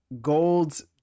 gold's